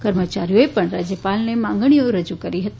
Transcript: કર્મચારીઓએ પણ રાજ્યપાલને માગણીઓ રજુ કરી હતી